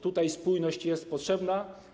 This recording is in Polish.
Tutaj spójność jest potrzebna.